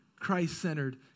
Christ-centered